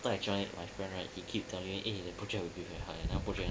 after I joined right my friend keep telling me eh the project would be very hard eh the project